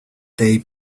they